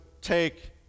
take